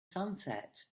sunset